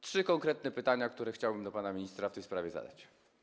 Trzy konkretne pytania, które chciałbym panu ministrowi w tej sprawie zadać.